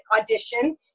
audition